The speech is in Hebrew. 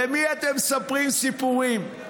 למי אתם מספרים סיפורים?